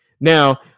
Now